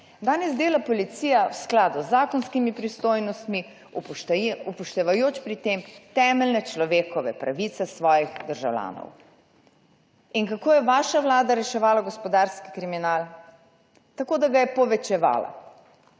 Danes dela policija v skladu z zakonskimi pristojnostmi upoštevajoč pri tem temeljne človekove pravice svojih državljanov. In kako je vaša vlada reševala gospodarski kriminal? Tako, da ga je povečevala.